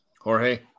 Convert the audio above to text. Jorge